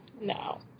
No